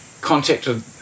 contacted